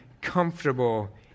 comfortable